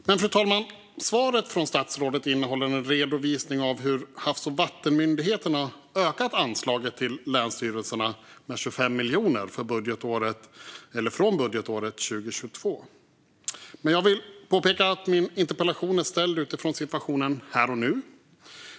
Svaret från statsrådet, fru talman, innehåller en redovisning av hur Havs och vattenmyndigheten har ökat anslaget till länsstyrelserna med 25 miljoner från budgetåret 2022, men jag vill påpeka att min interpellation är ställd utifrån situationen här och nu.